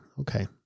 okay